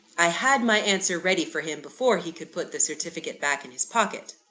i had my answer ready for him, before he could put the certificate back in his pocket.